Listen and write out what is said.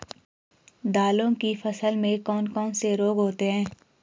दालों की फसल में कौन कौन से रोग होते हैं?